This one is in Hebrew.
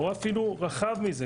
או אפילו רחב מזה,